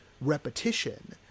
repetition